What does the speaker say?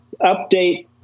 update